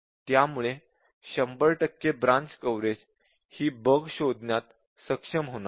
त्यामुळे 100 टक्के branch coverage हि बग शोधण्यात सक्षम होणार नाही